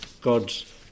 God's